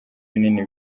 binini